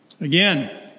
Again